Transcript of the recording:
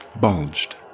bulged